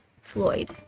floyd